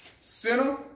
Sinner